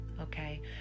Okay